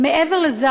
מעבר לזה,